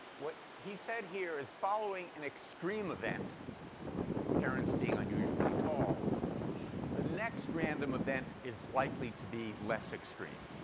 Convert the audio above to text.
what he said here is, following an extreme event parents being unusually tall the next random event is likely to be less extreme.